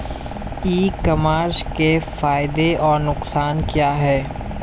E commerce के फायदे और नुकसान क्या हैं?